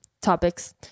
topics